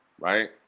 right